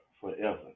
forever